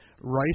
Rice